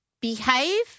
behave